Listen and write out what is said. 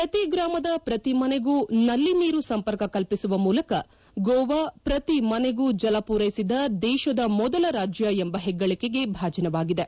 ಪ್ರತಿ ಗ್ರಾಮದ ಪ್ರತಿ ಮನೆಗೂ ನಲ್ಲಿ ನೀರು ಸಂಪರ್ಕ ಕಲ್ಪಿಸುವ ಮೂಲಕ ಗೋವಾ ಪ್ರತಿ ಮನೆಗೂ ಜಲ ಪೂರೈಸಿದ ದೇಶದ ಮೊದಲ ರಾಜ್ಯ ಎಂಬ ಹೆಗ್ಗಳಿಕೆಗೆ ಭಾಜನವಾಗಿದೆ